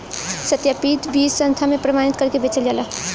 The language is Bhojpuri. सत्यापित बीज संस्था से प्रमाणित करके बेचल जाला